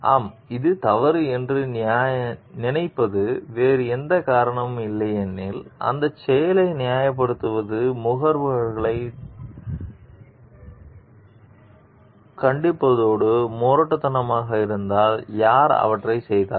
ஆம் அது தவறு என்று நினைப்பதற்கு வேறு எந்தக் காரணமும் இல்லையெனில் அந்தச் செயலை நியாயப்படுத்துவது முகவர்களைத் தண்டிப்பதோடு முரண்பட்டதாக இருந்தால் யார் அவற்றைச் செய்தார்கள்